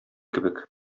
кебек